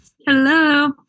Hello